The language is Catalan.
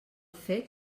fet